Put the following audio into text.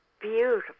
beautiful